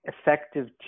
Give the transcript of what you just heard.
effective